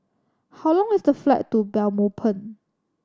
how long is the flight to Belmopan